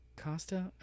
Costa